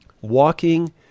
walking